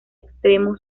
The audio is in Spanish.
extremo